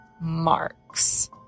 marks